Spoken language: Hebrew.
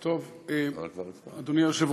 את אומרת קודם כול